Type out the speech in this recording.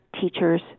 teachers